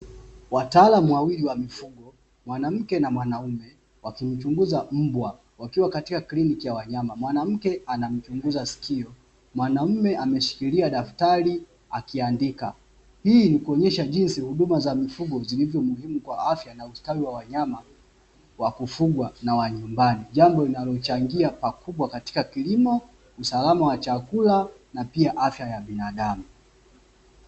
Wataalam wawili wa mifugo, mwanamke na mwanaume wakimchunguza mbwa wakiwa katika kliniki ya wanyama, mwanamke anamchunguza sikio mwanamume ameshikilia daftari akiandika. Hii ni kuonyesha jinsi huduma za mifugo zilivyo muhimu kwa afya na ustawi wa wanyama wa kufugwa na wa nyumbani, jambo linalochangia pakubwa katika kilimo, usalama wa chakula na pia afya ya binadamu.